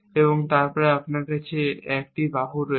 এবং তারপরে আপনার কাছে এই 1টি বাহু রয়েছে